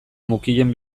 mukien